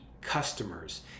customers